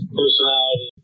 personality